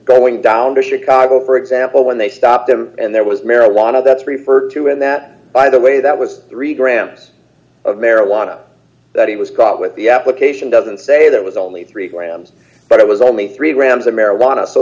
going down to chicago for example when they stopped them and there was marijuana that's referred to in that by the way that was three grams of marijuana that he was caught with the application doesn't say that was only three grams but it was only three grams of marijuana so